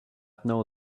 know